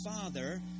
Father